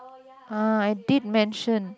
ah I did mention